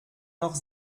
noch